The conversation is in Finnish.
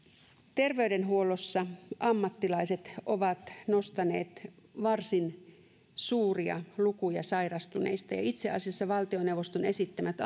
terveydenhuollossa ammattilaiset ovat nostaneet varsin suuria lukuja sairastuneista ja itse asiassa valtioneuvoston esittämät